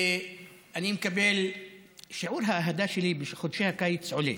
שיעור האהדה שלי בחודשי הקיץ עולה,